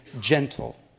gentle